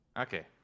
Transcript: okay